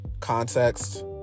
context